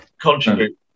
contribute